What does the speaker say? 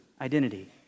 identity